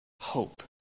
Hope